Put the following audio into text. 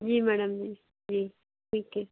जी madam जी जी ठीक है